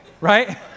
right